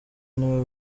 niwe